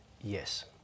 yes